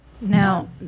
Now